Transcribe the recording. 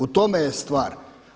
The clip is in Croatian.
U tome je stvar.